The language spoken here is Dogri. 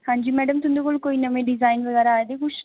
हांजी मैडम तुंदे कोल कोई नमें डिजाइन बगैरा आए दे कुछ